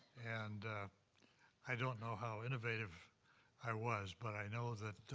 and i don't know how innovative i was, but i know that